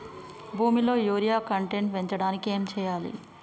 భూమిలో urea content పెంచడానికి ఏం చేయాలి?